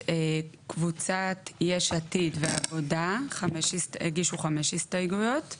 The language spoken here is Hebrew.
קבוצת יש עתיד והעבודה 5 הסתייגויות,